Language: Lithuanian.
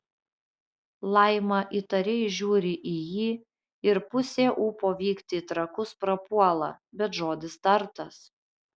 laima įtariai žiūri į jį ir pusė ūpo vykti į trakus prapuola bet žodis tartas